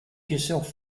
yourself